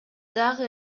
дагы